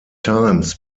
times